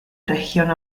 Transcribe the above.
región